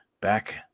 back